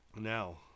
Now